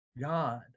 God